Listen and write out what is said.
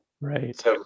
right